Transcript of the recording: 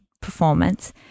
performance